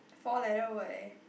four letter word eh